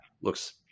looks